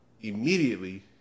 immediately